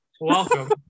welcome